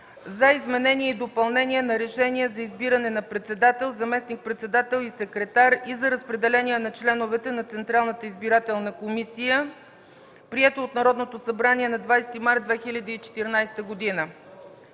за изменение и допълнение на Решение за избиране на председател, заместник-председател и секретар, и за разпределение на членовете на Централната избирателна комисия, прието от Народното събрание на 20 март 2014 г.: